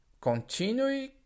continue